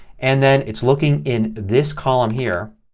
and then it's looking in this column here,